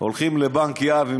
הולכים לבנק יהב,